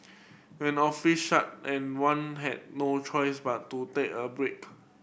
when offices shut and one had no choice but to take a break